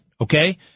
okay